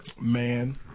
Man